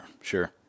Sure